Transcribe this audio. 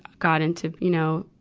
got into, you know,